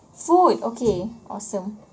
food okay awesome